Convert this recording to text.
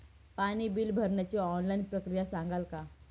पाणी बिल भरण्याची ऑनलाईन प्रक्रिया सांगाल का?